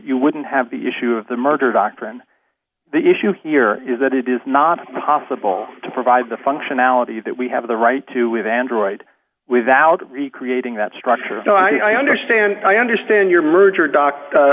you wouldn't have the issue of the merger doctrine the issue here is that it is not possible to provide the functionality that we have the right to leave android without recreating that structure so i understand i understand your merger doc a